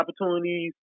opportunities